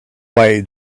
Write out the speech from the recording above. way